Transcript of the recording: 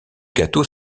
gâteau